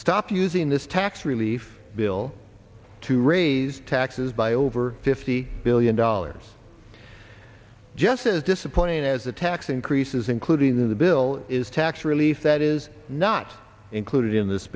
stop using this tax relief bill to raise taxes by over fifty billion dollars just as disappointing as the tax increases including the bill is tax relief that is not included in this